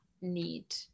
need